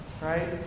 right